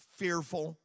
fearful